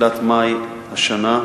בתחילת מאי השנה.